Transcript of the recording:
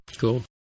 Cool